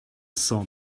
saw